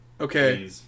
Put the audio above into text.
Okay